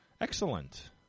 Excellent